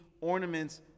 ornaments